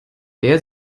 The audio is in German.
der